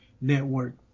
network